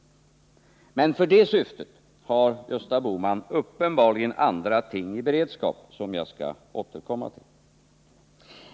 Men för det syftet har Gösta Bohman uppenbarligen andra ting i beredskap, som jag skall återkomma till.